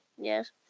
Yes